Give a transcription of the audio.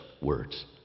words